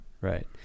Right